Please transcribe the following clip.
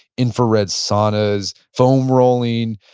infrared saunas, foam rolling.